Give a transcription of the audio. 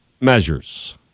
measures